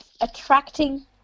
attracting